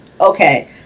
okay –